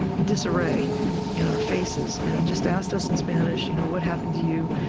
disarray in our faces and just asked us in spanish, you know what happened to you?